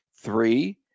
three